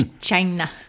China